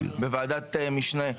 בוועדת משנה,